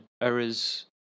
errors